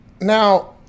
now